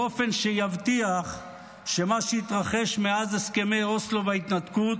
באופן שיבטיח שמה שהתרחש מאז הסכמי אוסלו וההתנתקות,